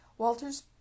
Walters